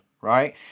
right